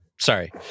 Sorry